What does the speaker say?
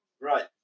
Right